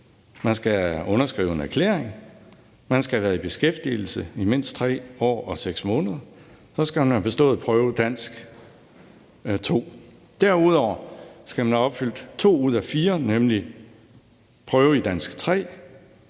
man skal have underskrevet en erklæring, man skal have været i beskæftigelse i mindst 3 år og 6 måneder, og så skal man have bestået Prøve i Dansk 2. Derudover skal man opfylde to ud af fire krav, nemlig Prøve i Dansk 3,